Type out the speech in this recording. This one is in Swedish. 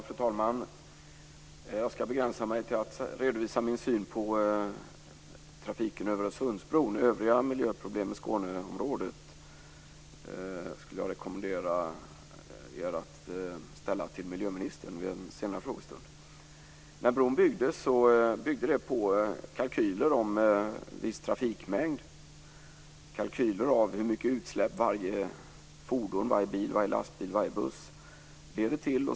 Fru talman! Jag ska begränsa mig till att redovisa min syn på trafiken över Öresundsbron. Vad gäller övriga miljöproblem i Skåneområdet skulle jag rekommendera att frågan ställs till miljöministern vid en senare frågestund. Bron byggdes på kalkyler om viss trafikmängd och om hur mycket utsläpp som varje fordon - bil, lastbil och buss - leder till.